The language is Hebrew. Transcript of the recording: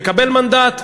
תקבל מנדט,